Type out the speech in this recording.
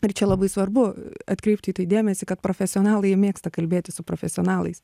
ir čia labai svarbu atkreipt į tai dėmesį kad profesionalai mėgsta kalbėtis su profesionalais